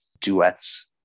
duets